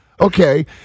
Okay